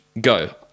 Go